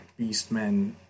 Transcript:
Beastmen